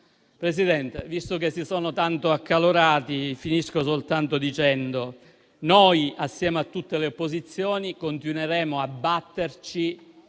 Presidente, visto che si sono tanto accalorati, finisco dicendo soltanto che noi, insieme a tutte le forze di opposizione, continueremo a batterci